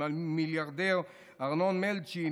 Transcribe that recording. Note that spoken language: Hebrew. עם המיליארדר ארנון מילצ'ן,